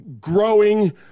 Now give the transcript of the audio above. growing